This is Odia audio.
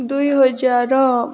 ଦୁଇ ହଜାର